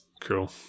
Cool